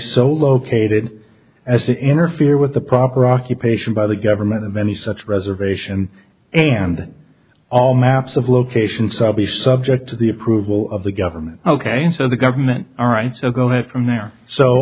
so located as it interfere with the proper occupation by the government of any such reservation and all maps of location so be subject to the approval of the government ok and so the government all right so go ahead from there